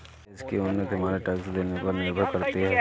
देश की उन्नति हमारे टैक्स देने पर निर्भर करती है